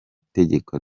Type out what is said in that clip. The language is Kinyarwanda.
tegeko